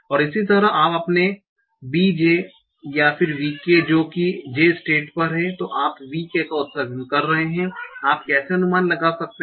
और इसी तरह आप अपने b j या v k जो j स्टेट पर है आप v k का उत्सर्जन कर रहे हैं आप कैसे अनुमान लगा सकते हैं